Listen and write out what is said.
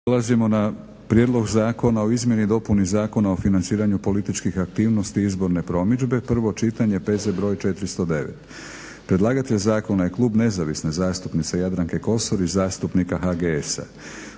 Prelazimo na - Prijedlog zakona o izmjeni i dopuni Zakona o financiranju političkih aktivnosti izborne promidžbe Predlagatelj – Klub nezavisne zastupnice Jadranke Kosor i zastupnika HGS-a,